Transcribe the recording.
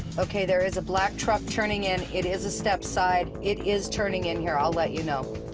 ok, there is a black truck turning in, it is a step side. it is turning in here, i'll let you know.